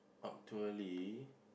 actually